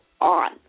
on